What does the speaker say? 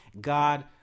God